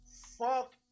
fuck